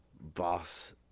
boss